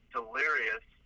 Delirious